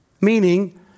meaning